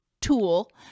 tool